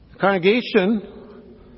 Congregation